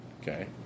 Okay